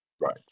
Right